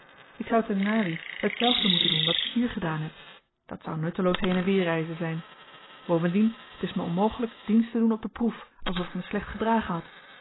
ik zou te ngawi hetzelfde moeten doen wat ik hier gedaan heb dat zou nutteloos heen-en-weer reizen zyn bovendien t is my onmogelyk dienst te doen op de proef alsof ik me slecht gedragen had